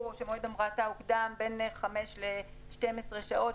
או שמועד המראתה הוקדם בין 5 ל-12 שעות,